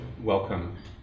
welcome